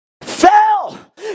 fell